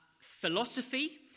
philosophy